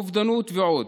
אובדנות ועוד.